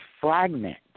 fragment